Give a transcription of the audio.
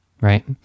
right